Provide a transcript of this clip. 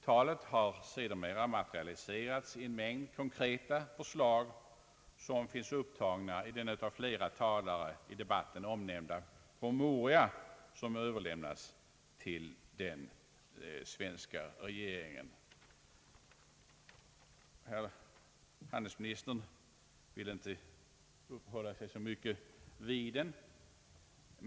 Det har sedermera materialiserats i en mängd konkreta förslag som finns upptagna i den av flera talare i debatten omnämnda promemoria som har överlämnats till den svenska regeringen. Handelsministern vill inte uppehålla sig så mycket vid denna promemoria.